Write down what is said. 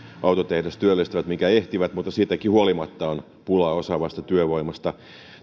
autotehdas työllistävät minkä ehtivät mutta siitäkin huolimatta on pula osaavasta työvoimasta